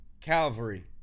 calvary